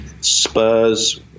Spurs